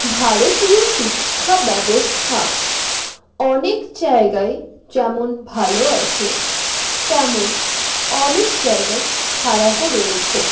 ভারতীয় শিক্ষাব্যবস্থা অনেক জায়গায় যেমন ভালো আছে তেমন অনেক জায়গায় খারাপও রয়েছে